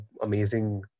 amazing